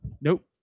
Nope